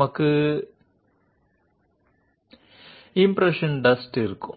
మరియు ఈ ఇంప్రెషన్ డైస్ను